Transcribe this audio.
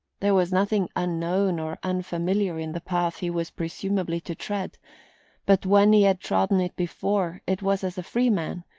there was nothing unknown or unfamiliar in the path he was presumably to tread but when he had trodden it before it was as a free man,